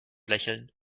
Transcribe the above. lächeln